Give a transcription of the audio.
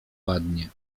ładnie